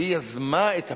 היא יזמה את הפיצוץ.